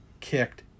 kicked